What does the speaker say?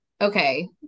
okay